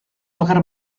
bakar